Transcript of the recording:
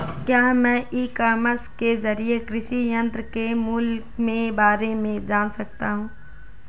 क्या मैं e commerce के ज़रिए कृषि यंत्र के मूल्य में बारे में जान सकता हूँ?